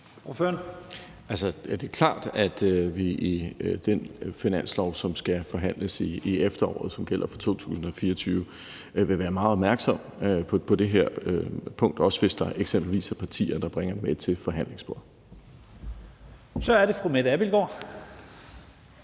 vi i forbindelse med den finanslov, som skal forhandles i efteråret, og som gælder for 2024, vil være meget opmærksomme på det her punkt, også hvis der eksempelvis er partier, der bringer det med til forhandlingsbordet. Kl. 09:09 Første næstformand